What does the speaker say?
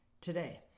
today